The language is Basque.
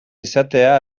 izatea